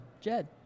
Jed